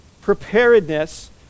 preparedness